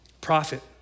Prophet